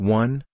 one